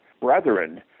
brethren